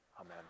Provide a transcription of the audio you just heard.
amen